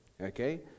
Okay